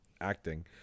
acting